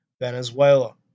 Venezuela